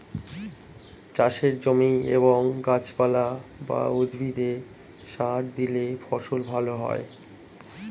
চাষের জমি এবং গাছপালা বা উদ্ভিদে সার দিলে ফসল ভালো হয়